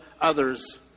others